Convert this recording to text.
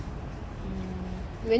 no leh I don't see that leh